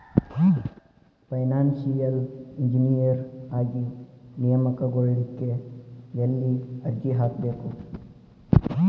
Financial engineer ಆಗಿ ನೇಮಕಗೊಳ್ಳಿಕ್ಕೆ ಯೆಲ್ಲಿ ಅರ್ಜಿಹಾಕ್ಬೇಕು?